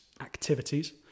activities